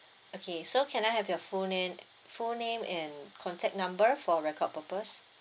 okay so can I have your full name full name and contact number for record purpose